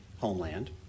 homeland